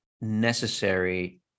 necessary